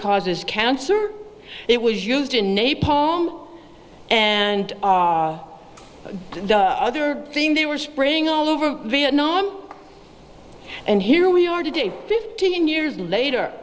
causes cancer it was used in napalm and the other thing they were spraying all over vietnam and here we are today fifteen years later